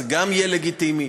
זה גם יהיה לגיטימי.